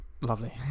Lovely